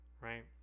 right